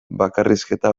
bakarrizketa